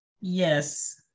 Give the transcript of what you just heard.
Yes